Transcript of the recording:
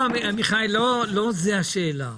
לא, מיכאל, לא זו השאלה.